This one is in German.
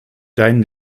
deinen